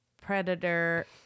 Predator